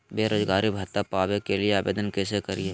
बेरोजगारी भत्ता पावे के लिए आवेदन कैसे करियय?